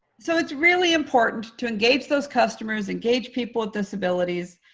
so it's really important to engage those customers, engage people with disabilities,